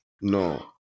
No